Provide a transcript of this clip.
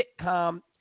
sitcom